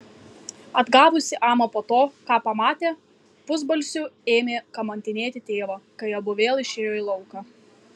atgavusi amą po to ką pamatė pusbalsiu ėmė kamantinėti tėvą kai abu vėl išėjo į lauką